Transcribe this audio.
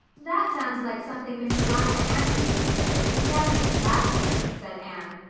that sounds like something miss eliza andrews might say but never miss lavendar, said anne.